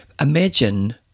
Imagine